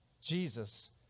Jesus